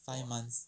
five months